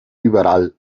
überall